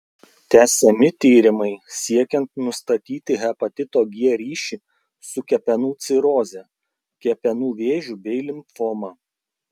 tęsiami tyrimai siekiant nustatyti hepatito g ryšį su kepenų ciroze kepenų vėžiu bei limfoma